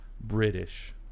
British